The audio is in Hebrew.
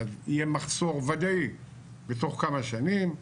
יהיה מחסור ודאי בתוך כמה שנים.